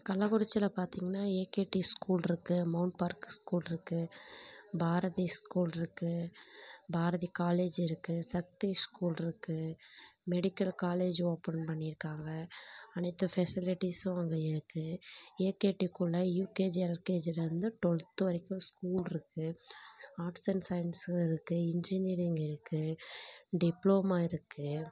கள்ளக்குறிச்சியில பார்த்தீங்கன்னா AKT school இருக்கு மவுண்ட் பார்க் ஸ்கூல்ருக்கு பாரதி ஸ்கூல் இருக்கு பாரதி காலேஜ் இருக்கு சக்தி ஸ்கூல் இருக்கு மெடிக்கல் காலேஜ் ஓப்பன் பண்ணி இருக்காங்க அனைத்து ஃபெசிலிட்டிஸும் அங்கே இருக்கு ஏகேடி ஸ்கூல்ல யூகேஜி எல்கேஜில இருந்து டுவெல்த்து வரைக்கும் ஸ்கூல் இருக்கு ஆர்ட்ஸ் அண்ட் சயின்ஸும் இருக்கு இன்ஜினியரிங் இருக்கு டிப்ளோமா இருக்கு